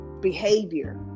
behavior